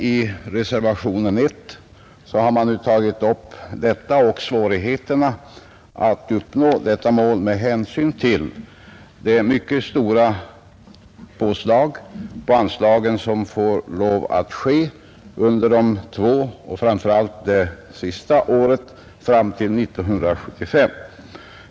I reservationen 1 har man tagit upp svårigheterna att uppnå detta mål med hänsyn till de mycket stora påslag på anslagen som får lov att ske under de två sista åren och framför allt under det sista året av perioden fram till 1975.